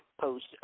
post